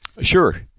Sure